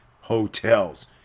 hotels